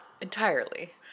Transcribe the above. entirely